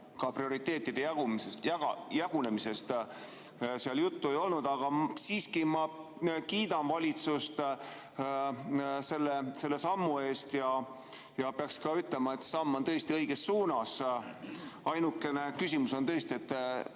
ka prioriteetide jagunemisest seal juttu ei olnud. Aga siiski ma kiidan valitsust selle sammu eest. Peaks ka ütlema, et see on tõesti samm õiges suunas. Ainukene küsimus on, et